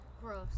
Gross